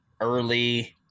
early